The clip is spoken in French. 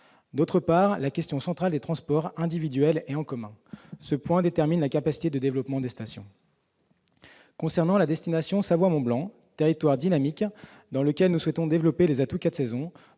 d'autre part, la question centrale des transports, individuels et en commun. Ce point détermine la capacité de développement des stations. Concernant la destination Savoie-Mont-Blanc, territoire dynamique dont nous souhaitons développer les atouts « quatre